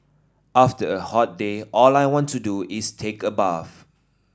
after a hot day all I want to do is take a bath